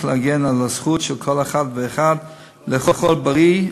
להגן על הזכות של כל אחת ואחד לאכול בריא,